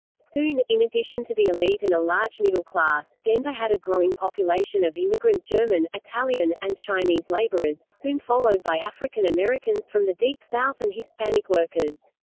soon, in addition to the elite and a large middle class, denver had a growing population of immigrant german, italian, and chinese laborers, soon followed by african americans from the deep south and hispanic workers.